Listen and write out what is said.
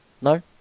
No